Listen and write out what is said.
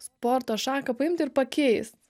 sporto šaką paimt ir pakeist